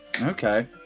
okay